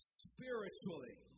spiritually